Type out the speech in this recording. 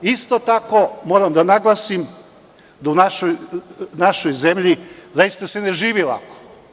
Isto tako, moram da naglasim da u našoj zemlji zaista se ne živi lako.